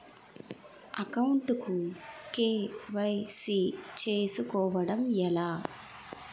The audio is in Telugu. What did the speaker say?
అకౌంట్ కు కే.వై.సీ చేసుకోవడం ఎలా?